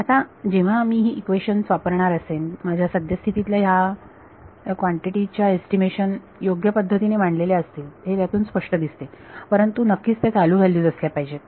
आता जेव्हा मी ही इक्वेशन वापरणार असेन माझ्या सद्य स्थितीतल्या ह्या या कॉन्टिटी च्या एस्टिमेशन योग्य पद्धतीने मांडलेल्या असतील हे यातून स्पष्ट दिसते परंतु नक्कीच त्या चालू व्हॅल्यूज असल्या पाहिजेत